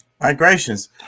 migrations